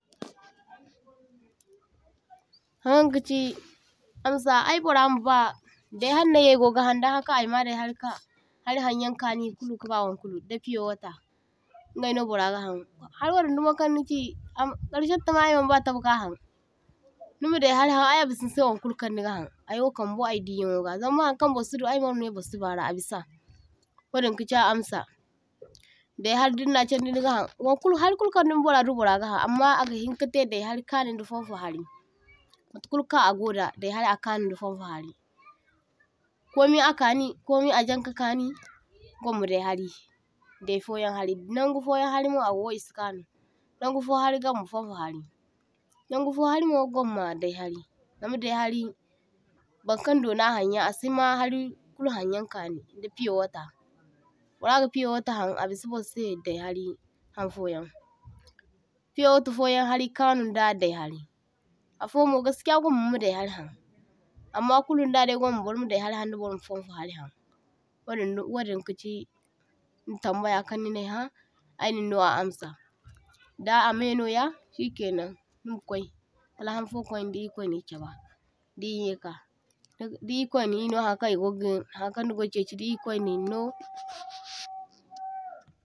toh-toh Hankaŋ kachi amsa ay burra ma ba day’harino ay gogahan daŋ haka ayma dayhari ka hari hanyaŋ kani kulu kaba wankulu da piyowata ingayno burra gahan, haro din dumo kan nichi am karshantama aywo ay manba taba kahaŋ, nima dayharihaŋ ay abisa nisai wankulu kanniga haŋ aywokaŋ bunbo ay di’yaŋ woga, zama hankaŋ bursudu ay burmana bursibara abisa wadin kachi a amsa Day’hari dinna chandi nigahaŋ wankulu ha’ri kulukan burradu burra gahan amma agahinka tai day’hari kanunda fanfo hari mata kulukaŋ agoda dayhari a kanunda fanfo hari, komi a kani komi ajanka kani gwamma day’hari day’foyaŋ hari. Nan gufoyan harimo ago e’si kanu nangu foyaŋ hari gamma fonfo hari, nan gufo hari’mo gwamma day’hari, zama dayhari wankaŋ dona a hanyaŋ asima hari kulu hanyaŋ kani da piyowata burra ga piyowata haŋ a bisa bursai day’hari hanfoyaŋ, piyowata foyaŋ hari kanun da day’hari, affomo gaskiya gwamma nima day’harihan amma kulun dadai gwamma burma day’hari da burma fanfo hari haŋ, wadinno wadin kachi tambaya kaŋ ninaiha aynin no a amsa, da amainoya shikainaŋ e makwai kalhanfo kwainai di irkwai’ni chaba di e yaika di di irkwai’mino hankaŋ e gogin hankaŋ nigo chaichi di irkwai’minno.